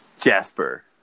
Jasper